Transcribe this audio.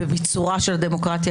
באים עם הילדים שלהם,